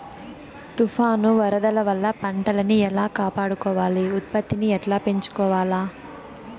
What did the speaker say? తుఫాను, వరదల వల్ల పంటలని ఎలా కాపాడుకోవాలి, ఉత్పత్తిని ఎట్లా పెంచుకోవాల?